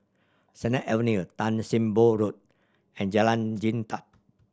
Sennett Avenue Tan Sim Boh Road and Jalan Jintan